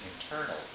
internal